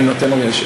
אני נותן לו.